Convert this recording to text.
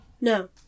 No